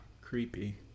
creepy